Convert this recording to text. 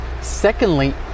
Secondly